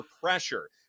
pressure